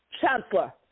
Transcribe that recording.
Chancellor